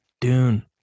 Dune